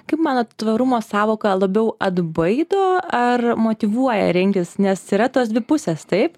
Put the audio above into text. kaip manot tvarumo sąvoka labiau atbaido ar motyvuoja rinktis nes yra tos dvi pusės taip